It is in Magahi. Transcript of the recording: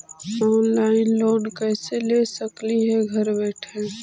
ऑनलाइन लोन कैसे ले सकली हे घर बैठे?